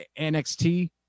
NXT